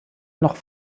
noch